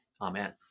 amen